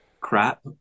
crap